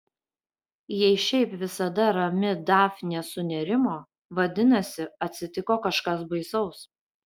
jei šiaip visada rami dafnė sunerimo vadinasi atsitiko kažkas baisaus